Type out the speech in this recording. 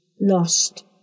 lost